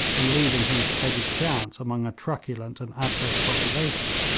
and leaving him to take his chance among a truculent and adverse population.